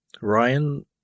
Ryan